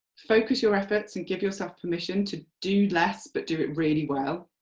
focus your efforts and give yourself permission to do less but do it really well.